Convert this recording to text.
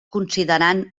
considerant